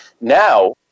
now